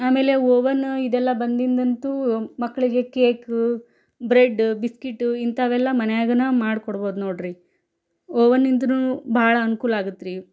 ಆಮೇಲೆ ಓವನ್ ಇದೆಲ್ಲ ಬಂದಿದ್ದಂತೂ ಮಕ್ಕಳಿಗ ಕೇಕ್ ಬ್ರೆಡ್ ಬಿಸ್ಕಿಟು ಇಂಥವೆಲ್ಲ ಮನೆಯಾಗೇನೆ ಮಾಡ್ಕೊಡ್ಬೋದು ನೋಡಿರಿ ಓವನಿಂದನೂ ಭಾಳ ಅನ್ಕೂಲ ಆಗುತ್ರಿ